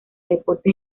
deportes